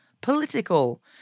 political